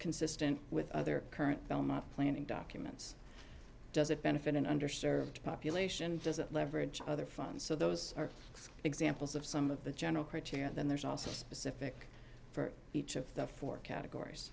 consistent with other current belknap planning documents does it benefit in under served population doesn't leverage other funds so those are examples of some of the general criteria and then there's also a specific for each of the four categories